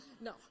No